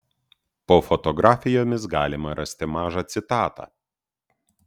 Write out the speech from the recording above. po fotografijomis galima rasti mažą citatą